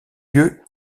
lieu